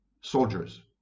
soldiers